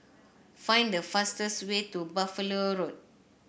find the fastest way to Buffalo Road